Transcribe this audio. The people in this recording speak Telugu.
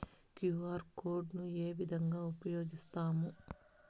క్యు.ఆర్ కోడ్ ను ఏ విధంగా ఉపయగిస్తాము?